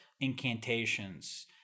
incantations